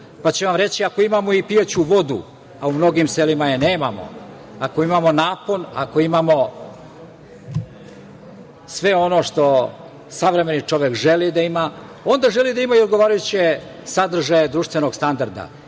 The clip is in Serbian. će vam reći ako imamo i pijaću vodu, a mnogim selima je nemamo, ako imamo napon, ako imamo sve ono što savremeni čovek želi da ima, onda želi da ima i odgovarajuće sadržaje društvenog standarda